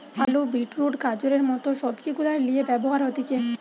আলু, beetroot, গাজরের মত সবজি গুলার লিয়ে ব্যবহার হতিছে